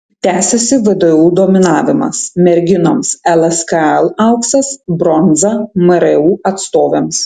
tęsiasi vdu dominavimas merginoms lskl auksas bronza mru atstovėms